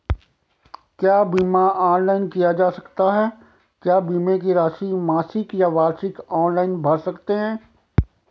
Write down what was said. क्या बीमा ऑनलाइन किया जा सकता है क्या बीमे की राशि मासिक या वार्षिक ऑनलाइन भर सकते हैं?